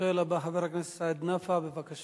השואל הבא, חבר הכנסת סעיד נפאע, בבקשה.